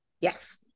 yes